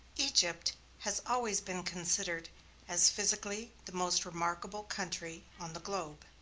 egypt has always been considered as physically the most remarkable country on the globe.